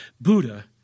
Buddha